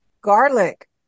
garlic